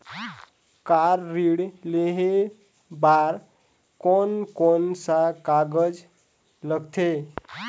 Car ऋण लेहे बार कोन कोन सा कागज़ लगथे?